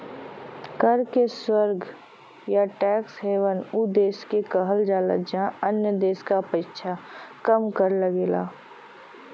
कर क स्वर्ग या टैक्स हेवन उ देश के कहल जाला जहाँ अन्य देश क अपेक्षा कम कर लगला